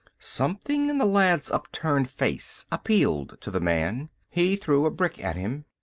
something in the lad's upturned face appealed to the man. he threw a brick at him.